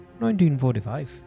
1945